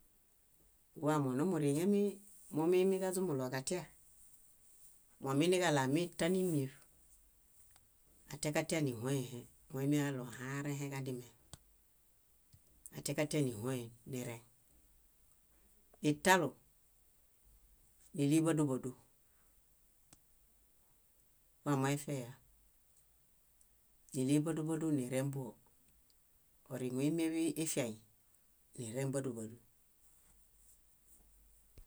. Wamonumuriŋemi momiimiġaźumbuɭoġatia mominiġaɭoamitan ímieṗ, atiakatia níhoẽhe moimiġaɭo ahãarẽheġadime, atiakatia níhoen nireŋ. Italu, níliḃádubadu, wamoefiaya, níliḃádubadu níremboo. Oriŋu ímieḃ ifiaĩ, nírẽbadubadu.